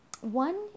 One